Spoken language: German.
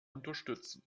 unterstützen